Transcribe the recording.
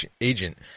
agent